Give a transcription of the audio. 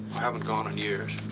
haven't gone in years.